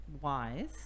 wise